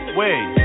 wait